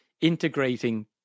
integrating